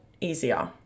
easier